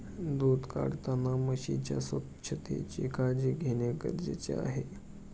दूध काढताना म्हशीच्या स्वच्छतेची काळजी घेणे गरजेचे आहे